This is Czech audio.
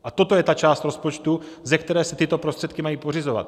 A toto je ta část rozpočtu, ze které se tyto prostředky mají pořizovat.